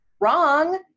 Wrong